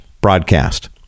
broadcast